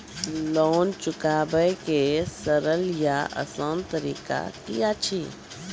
Loan चुकाबै के सरल या आसान तरीका की अछि?